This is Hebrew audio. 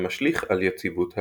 המשליך על יציבות האוויר.